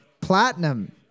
platinum